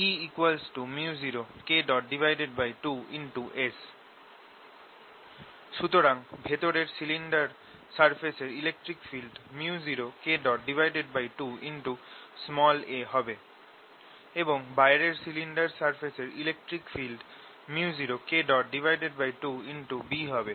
E µ0K2S সুতরাং ভেতরের cylinder সারফেসের ইলেকট্রিক ফিল্ড µ0K2a হবে এবং বাইরের সিলিন্ডার সারফেসের ইলেকট্রিক ফিল্ড µ0K2b হবে